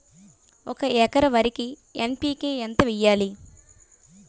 ఒక ఎకర వరికి ఎన్.పి కే ఎంత వేయాలి?